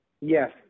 Yes